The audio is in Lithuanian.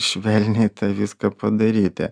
švelniai tą viską padaryti